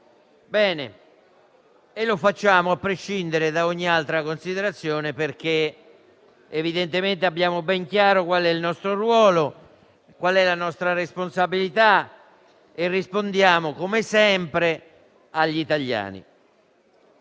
Lo facciamo a prescindere da ogni altra considerazione, perché evidentemente abbiamo ben chiaro quali sono il nostro ruolo e la nostra responsabilità e rispondiamo, come sempre, agli italiani.